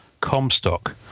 Comstock